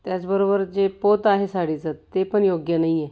त्याचबरोबर जे पोत आहे साडीचं ते पण योग्य नाही आहे